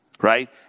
Right